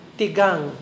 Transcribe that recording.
tigang